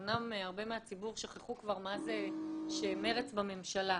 אמנם הרבה מהציבור שכחו כבר מה זה שמר"צ בממשלה,